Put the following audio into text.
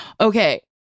Okay